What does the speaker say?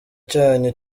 cyanyu